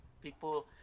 people